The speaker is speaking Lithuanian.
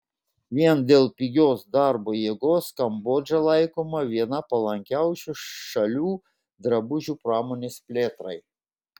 vien dėl pigios darbo jėgos kambodža laikoma viena palankiausių šalių drabužių pramonės plėtrai